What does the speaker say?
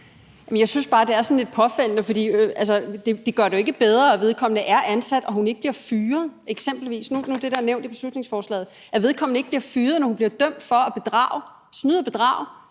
jeg synes bare, det er sådan lidt påfaldende. For det gør det jo ikke bedre, at vedkommende er ansat, og at hun eksempelvis ikke bliver fyret – nu er det det, der er nævnt i beslutningsforslaget – når hun bliver dømt for at snyde og bedrage